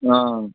অঁ